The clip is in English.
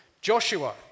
Joshua